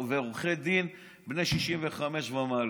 ועורכי דין בני 65 ומעלה.